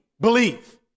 believe